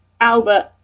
Albert